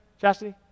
Chastity